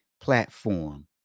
platform